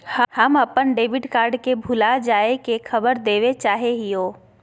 हम अप्पन debit card के भुला जाये के खबर देवे चाहे हियो